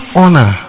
honor